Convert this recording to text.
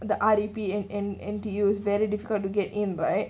the R_E_P and N_T_U is very difficult to get in but